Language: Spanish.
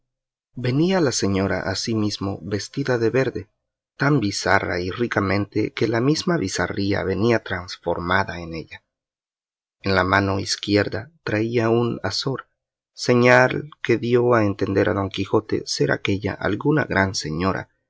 venía la señora asimismo vestida de verde tan bizarra y ricamente que la misma bizarría venía transformada en ella en la mano izquierda traía un azor señal que dio a entender a don quijote ser aquélla alguna gran señora